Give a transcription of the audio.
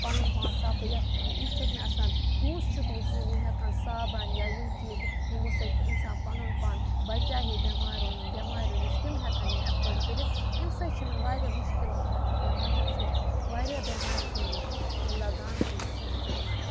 پَنُن پان صاف تھٔوِتھ یہِ چھُکھ نہٕ آسان پونٛسہٕ چھُکھ نہٕ کِہیٖنۍ یِم ہٮ۪کہٕ ہن صابَن یا یِم چیٖز یِمو سۭتۍ اِنسان پَنُن پان بَچاوہے بٮ۪مارو بٮ۪ماریو نِش تِم ہٮ۪کَن یِم اٮ۪فٲڈ کٔرِتھ اَمہِ سۭتۍ چھِ یِمَن واریاہ مُشکلات پٮ۪وان یِم چھِ واریاہ بٮ۪مارِ چھےٚ یِمَن لَگان تہٕ یِم چھِ پَتہٕ بِچٲرۍ مَران